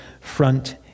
front